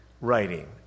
writing